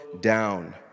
down